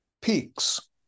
Peaks